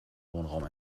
wohnraum